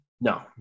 No